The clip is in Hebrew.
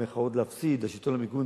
"להפסיד" בשלטון המקומי,